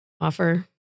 offer